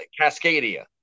Cascadia